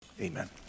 amen